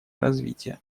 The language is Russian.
развитие